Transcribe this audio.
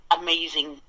amazing